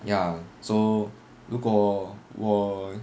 ya so 如果我我